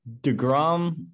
DeGrom